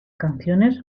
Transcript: canciones